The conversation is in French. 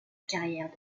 carrière